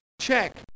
check